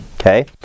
okay